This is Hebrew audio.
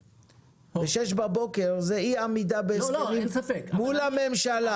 זה אי עמידה בהסכמים מול הממשלה.